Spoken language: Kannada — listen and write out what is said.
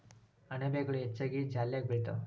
ಅಣಬೆಗಳು ಹೆಚ್ಚಾಗಿ ಜಾಲ್ಯಾಗ ಬೆಳಿತಾವ